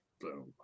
boom